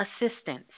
assistance